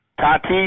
Tati